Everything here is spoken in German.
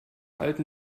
alten